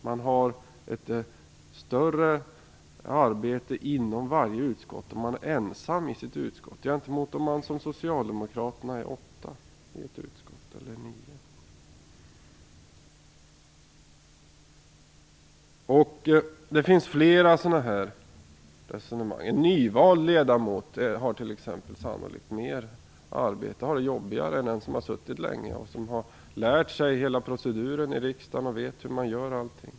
Man har en större arbetsbörda som ensam representant för sitt parti i ett utskott jämfört med om man som socialdemokraterna har 8 eller 9 representanter i ett utskott. Man kan föra flera liknande resonemang. En nyvald ledamot har det t.ex. sannolikt jobbigare än den som har suttit länge i riksdagen, som lärt sig hela proceduren och som vet hur man gör.